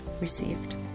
received